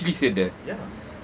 she actually said that